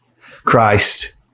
Christ